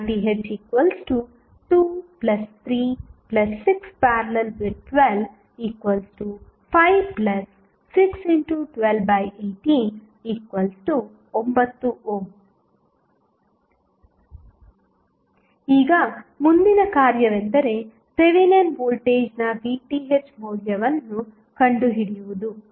RTh236||12561218 9 ನೋಡಿ slide ಸಮಯ 2201 ಈಗ ಮುಂದಿನ ಕಾರ್ಯವೆಂದರೆ ಥೆವೆನಿನ್ ವೋಲ್ಟೇಜ್ನ VTh ಮೌಲ್ಯವನ್ನು ಕಂಡುಹಿಡಿಯುವುದು